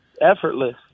effortless